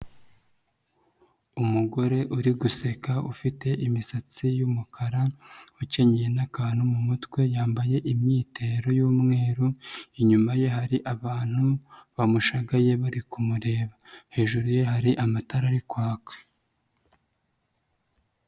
Umugore uri guseka ufite imisatsi y'umukara ukenye n'akantu mu mutwe, yambaye imyitero y'umweru, inyuma ye hari abantu bamushagaye bari kumureba, hejuru ye hari amatara ari kwaka.